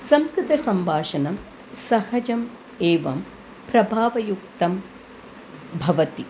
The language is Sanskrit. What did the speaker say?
संस्कृतसम्भाषणं सहजम् एवं प्रभावयुक्तं भवति